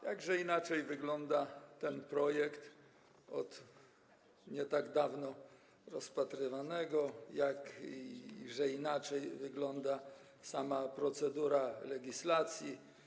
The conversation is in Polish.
Jakże inaczej wygląda ten projekt niż projekt nie tak dawno rozpatrywany, jakże inaczej wygląda sama procedura legislacji.